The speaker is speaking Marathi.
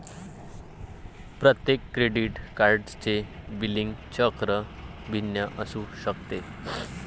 प्रत्येक क्रेडिट कार्डचे बिलिंग चक्र भिन्न असू शकते